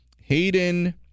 Hayden